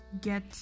get